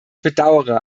bedauere